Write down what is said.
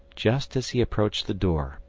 just as he approached the door,